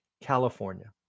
California